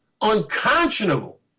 unconscionable